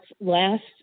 last